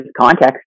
context